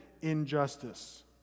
injustice